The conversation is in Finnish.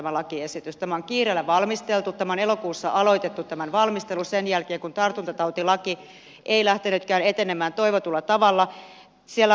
tämä on kiireellä valmisteltu tämän valmistelu on elokuussa aloitettu sen jälkeen kun tartuntatautilaki ei lähtenytkään etenemään toivotulla tavalla